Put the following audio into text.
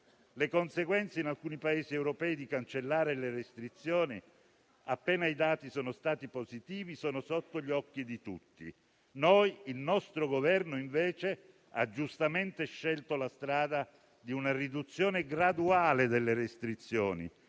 Le conseguenze, in alcuni Paesi europei, di cancellare le restrizioni appena i dati sono stati positivi sono sotto gli occhi di tutti. Il nostro Governo ha invece giustamente scelto la strada di una riduzione graduale delle restrizioni